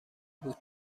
بود